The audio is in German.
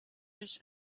ich